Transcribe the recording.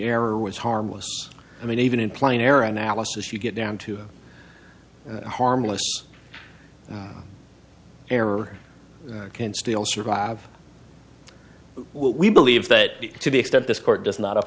error was harmless i mean even in plain error analysis you get down to a harmless error can still survive we believe that to the extent this court does not a